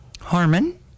Harmon